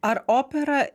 ar opera